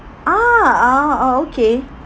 ah uh okay